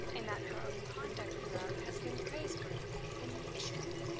and that her own conduct throughout has been praiseworthy in the extreme.